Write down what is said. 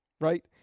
right